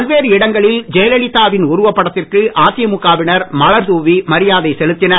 பல்வேறு இடங்களில் ஜெயலலிதாவின் உருவப் படத்திற்கு அதிமுகவினர் மலர் தூவி மரியாதை செலுத்தினர்